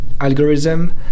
algorithm